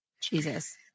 Jesus